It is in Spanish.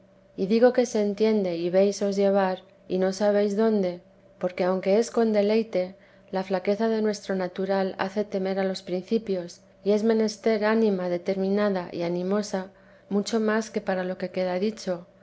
y digo que se entiende y veis os llevar y no sabéis dónde porque aunque es con deleite la flaqueza de nuestro natural hace temer a los principios y es menester ánima determinada y animosa mucho más que para lo que queda dicho